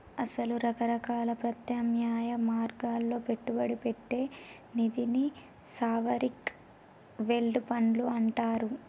అసలు రకరకాల ప్రత్యామ్నాయ మార్గాల్లో పెట్టుబడి పెట్టే నిధిని సావరిన్ వెల్డ్ ఫండ్లు అంటారు